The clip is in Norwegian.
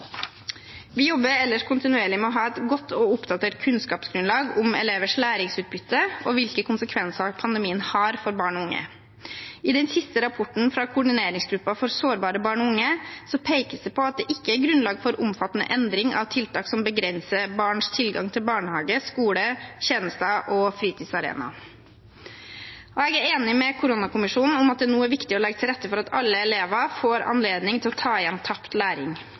Vi jobber ellers kontinuerlig med å ha et godt og oppdatert kunnskapsgrunnlag om elevers læringsutbytte og hvilke konsekvenser pandemien har for barn og unge. I den siste rapporten fra koordineringsgruppen for sårbare barn og unge pekes det på at det ikke er grunnlag for omfattende endring av tiltak som begrenser barns tilgang til barnehage, skole, tjenester og fritidsarenaer. Jeg er enig med koronakommisjonen om at det nå er viktig å legge til rette for at alle elever får anledning til å ta igjen tapt læring.